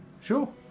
Sure